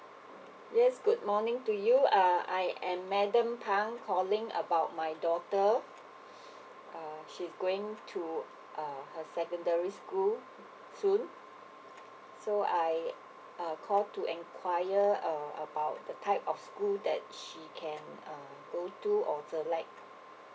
yes good morning to you uh I am madam phang calling about my daughter uh she's going to uh her secondary school soon so I uh call to inquire uh about the type of school that she can uh go to or select